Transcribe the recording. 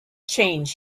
change